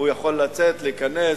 הוא יכול לצאת, להיכנס.